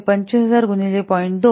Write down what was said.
तर ते २५०००० गुणिले ०